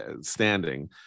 standing